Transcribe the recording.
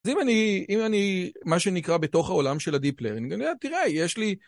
אז אם אני, אם אני, מה שנקרא בתוך העולם של הdeep learning, תראה, יש לי...